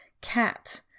cat